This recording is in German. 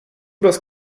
das